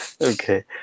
Okay